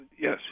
yes